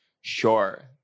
Sure